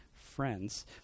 friends